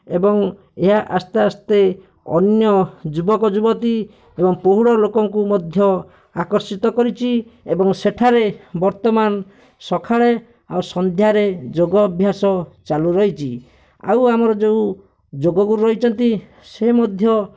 ଏବଂ ଏହା ଆସ୍ତେ ଆସ୍ତେ ଅନ୍ୟ ଯୁବକ ଯୁବତୀ ଏବଂ ପ୍ରୌଢ଼ଲୋକଙ୍କୁ ମଧ୍ୟ ଆକର୍ଷିତ କରିଛି ଏବଂ ସେଠାରେ ବର୍ତ୍ତମାନ ସକାଳେ ଆଉ ସଂନ୍ଧ୍ୟାରେ ଯୋଗ ଅଭ୍ୟାସ ଚାଲୁ ରହିଛି ଆଉ ଆମର ଯେଉଁ ଯୋଗଗୁରୁ ରହିଛନ୍ତି ସିଏ ମଧ୍ୟ